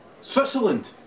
Switzerland